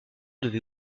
devez